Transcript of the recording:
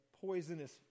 poisonous